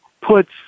puts